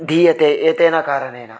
दीयते एतेन कारणेन